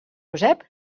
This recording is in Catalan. josep